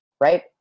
right